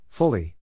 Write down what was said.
Fully